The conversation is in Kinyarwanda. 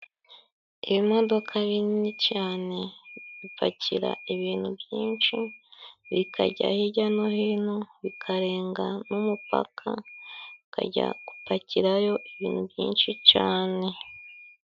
Iyo modoka ni nini cane ipakira ibintu byinshi, ikajya hirya no hino ikarenga n'umupaka, ikajya gupakirayo ibintu byinshi cane.